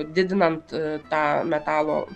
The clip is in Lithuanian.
didinant tą metalo